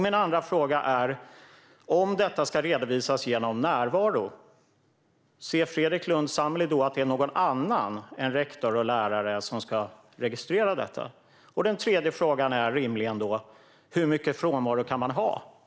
Min andra fråga är: Om detta ska redovisas genom närvaro, ser Fredrik Lundh Sammeli då att det är någon annan än rektor och lärare som ska registrera denna närvaro? Den tredje frågan är rimligen: Hur mycket frånvaro kan man ha?